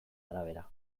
arabera